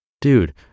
dude